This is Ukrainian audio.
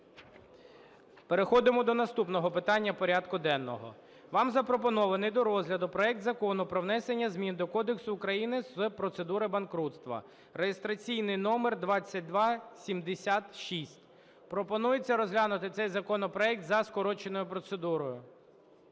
Переходимо до наступного питання порядку денного. Вам запропонований до розгляду проект Закону про внесення змін до Кодексу України з процедур банкрутства (реєстраційний номер 2276). Пропонується розглянути цей законопроект за скороченою процедурою.